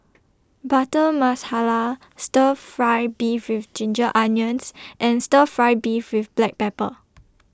Butter Masala Stir Fry Beef with Ginger Onions and Stir Fry Beef with Black Pepper